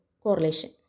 correlation